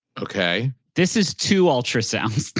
okay this is two ultrasounds.